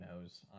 knows